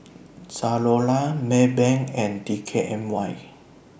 Zalora Maybank and D K N Y